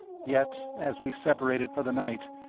yet, as we separated for the night,